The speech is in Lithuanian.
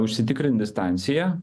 užsitikrint distanciją